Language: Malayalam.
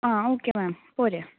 ആ ഓക്കെ മാം പോര്